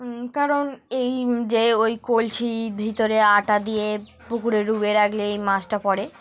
কারণ এই যে ওই কলছি ভিতরে আটা দিয়ে পুকুরে ডুবিয়ে রাখলে এই মাছটা পড়ে